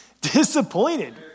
Disappointed